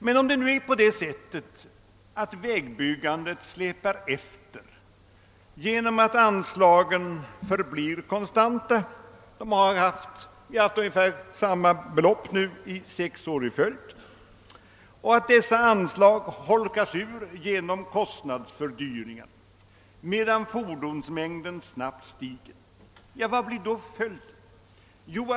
Men om nu vägbyggandet släpar efter genom att anslagen förblir konstanta — vi har haft ungefär samma belopp under sex år i följd — och dessa anslag holkas ur genom kostnadsfördyringar, medan fordonsmängden snabbt stiger, vad blir då följden?